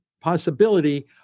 possibility